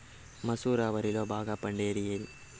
మసూర వరిలో బాగా పండేకి ఏది?